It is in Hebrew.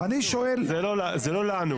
זה לא לנו.